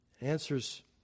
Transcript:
Answers